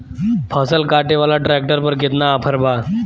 फसल काटे वाला ट्रैक्टर पर केतना ऑफर बा?